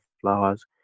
flowers